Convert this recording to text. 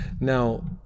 now